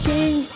King